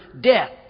death